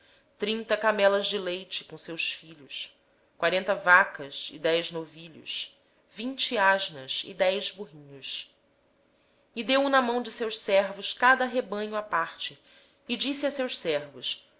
trinta camelas de leite com suas crias quarenta vacas e dez touros vinte jumentas e dez jumentinhos então os entregou nas mãos dos seus servos cada manada em separado e disse a seus servos